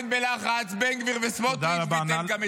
-- ולאחר מכן בלחץ בן גביר וסמוטריץ' ביטל גם את זה.